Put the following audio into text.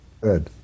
Good